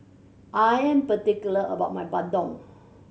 I am particular about my bandung